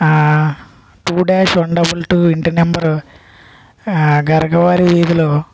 two dash one double two ఇంటి number Garikavari వీధిలో